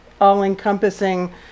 all-encompassing